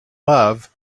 love